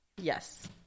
Yes